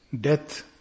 Death